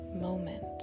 moment